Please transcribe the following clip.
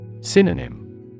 Synonym